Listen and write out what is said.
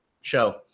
show